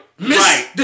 Right